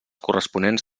corresponents